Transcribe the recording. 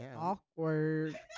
Awkward